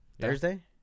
Thursday